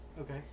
Okay